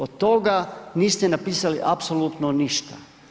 Od toga niste napisali apsolutno ništa.